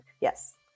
Yes